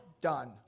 done